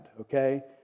okay